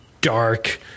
dark